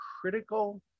critical